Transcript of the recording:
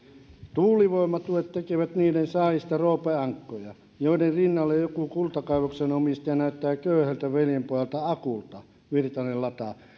tuulivoimatuet tekevät niiden saajista roopeankkoja joiden rinnalla joku kultakaivoksen omistaja näyttää köyhältä veljenpojalta akulta virtanen lataa